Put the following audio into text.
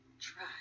Try